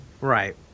Right